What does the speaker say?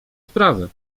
sprawy